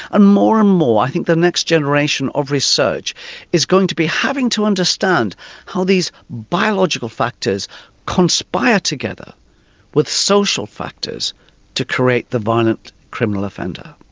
ah more and more i think the next generation of research is going to be having to understand how these biological factors conspire together with social factors to create the violent criminal offender.